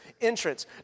entrance